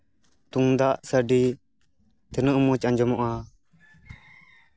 ᱛᱩᱢᱫᱟᱜ ᱥᱟᱰᱮ ᱛᱤᱱᱟᱹᱜ ᱢᱚᱡᱽ ᱟᱸᱡᱚᱢᱚᱜᱼᱟ